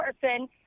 person